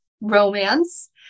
romance